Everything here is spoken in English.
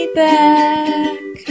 back